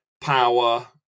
power